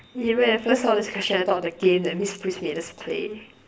you know when I first saw this question I thought of the game that miss pris made us play